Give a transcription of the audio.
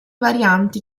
varianti